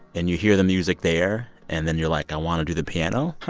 and you hear the music there. and then you're, like, i want to do the piano.